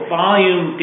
volume